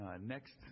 next